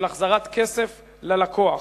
של החזרת כסף ללקוח.